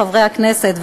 חברי הכנסת,